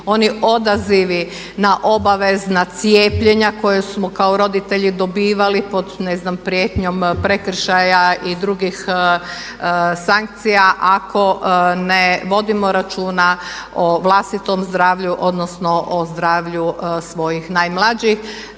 oni odazivi na obavezna cijepljenja koja smo kao roditelji dobivali pod ne znam prijetnjom prekršaja i drugih sankcija ako ne vodimo računa o vlastitom zdravlju, odnosno o zdravlju svojih najmlađih.